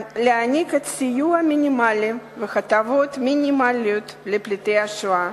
אפשר להעניק סיוע מינימלי והטבות מינימליות לפליטי השואה.